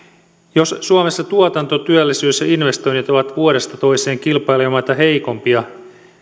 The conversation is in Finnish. jos suomessa tuotanto työllisyys ja investoinnit ovat vuodesta toiseen kilpailijamaita heikompia